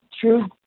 True